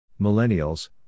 Millennials